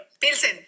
Pilsen